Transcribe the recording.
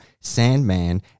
Sandman